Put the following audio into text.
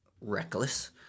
reckless